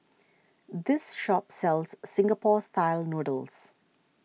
this shop sells Singapore Style Noodles